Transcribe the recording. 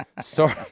Sorry